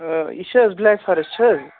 یہِ چھِ حظ بُلیک فاریسٹ چھِ حظ